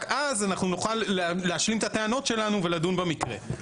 אז אנחנו נוכל להשלים את הטענות שלנו ולדון במקרה.